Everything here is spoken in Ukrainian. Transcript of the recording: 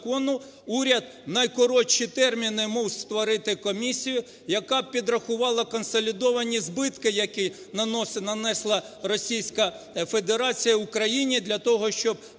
уряд в найкоротші терміни мусив створити комісію, яка підрахувала консолідовані збитки, які нанесла Російська Федерація Україні для того, щоб